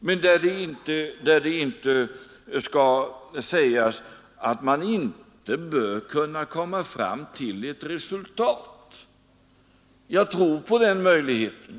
Men därför skall inte sägas att man inte bör kunna komma fram till ett resultat. Jag tror på den möjligheten.